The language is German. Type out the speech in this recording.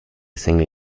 single